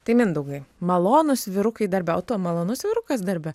tai mindaugai malonūs vyrukai darbe o tu malonus vyrukas darbe